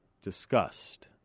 disgust